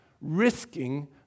risking